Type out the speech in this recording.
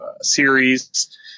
series